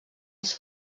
els